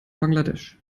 bangladesch